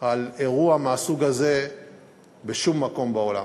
על אירוע מהסוג הזה בשום מקום בעולם,